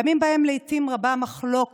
בימים שבהם לעיתים רבה המחלוקת,